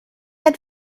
had